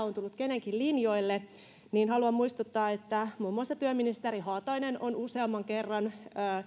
on tullut kenenkin linjoille niin haluan muistuttaa että muun muassa työministeri haatainen on useamman kerran